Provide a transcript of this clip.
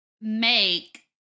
make